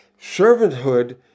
Servanthood